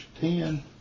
ten